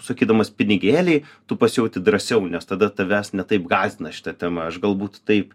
sakydamas pinigėliai tu pasijauti drąsiau nes tada tavęs ne taip gąsdina šita tema aš galbūt taip